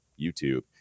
YouTube